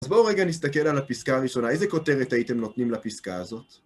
אז בואו רגע נסתכל על הפסקה הראשונה. איזה כותרת הייתם נותנים לפסקה הזאת?